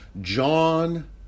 John